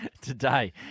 today